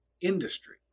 industry